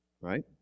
Right